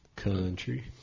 country